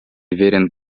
верен